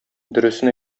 дөресен